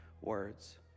words